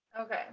okay